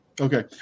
okay